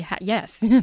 yes